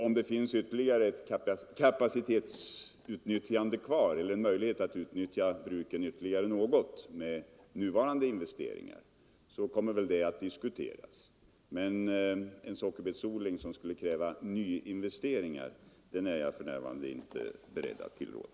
Om det finns möjlighet att utnyttja bruken ytterligare något med nuvarande investeringar kommer väl det att diskuteras, men en sockerbetsodling som skulle kräva nyinvesteringar är jag för närvarande inte beredd att tillråda.